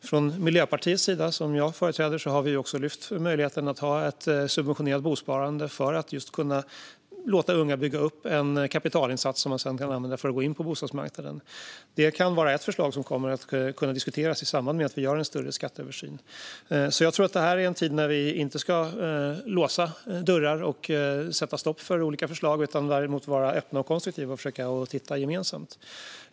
I Miljöpartiet, som jag företräder, har vi lyft fram möjligheten att ha ett subventionerat bosparande för att just låta unga bygga upp en kapitalinsats som de sedan kan använda för att gå in på bostadsmarknaden. Det kan vara ett förslag att diskutera i samband med att vi gör en större skatteöversyn. Jag tror alltså att detta är en tid då vi inte ska låsa dörrar och sätta stopp för olika förslag utan tvärtom vara öppna och konstruktiva och försöka titta på detta gemensamt.